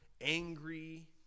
angry